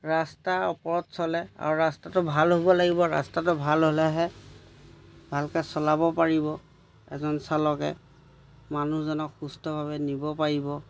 ৰাস্তা ওপৰত চলে আৰু ৰাস্তাটো ভাল হ'ব লাগিব ৰাস্তাটো ভাল হ'লেহে ভালকৈ চলাব পাৰিব এজন চালকে মানুহজনক সুস্থভাৱে নিব পাৰিব